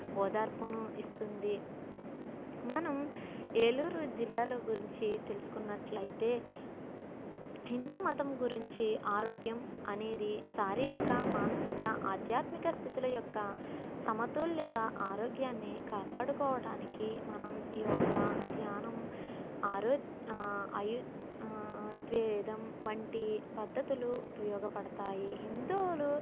ఓదార్పును ఇస్తుంది మనం ఏలూరు జిల్లాలో గురించి తెలుసుకున్నట్లయితే హిందూ మతం గురించి ఆరోగ్యం అనేది శారీరక మానసిక ఆధ్యాత్మిక స్థితుల యొక్క సమతుల్యత ఆరోగ్యాన్ని కాపాడుకోవడానికి మనం యోగ ధ్యానం ఆరో ఆయు ద్వేదం వంటి పద్ధతులు ఉపయోగపడతాయి హిందువులు